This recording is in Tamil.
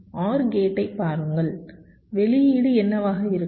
OR கேட்டை பாருங்கள் வெளியீடு என்னவாக இருக்கும்